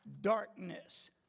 darkness